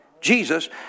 Jesus